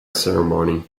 ceremony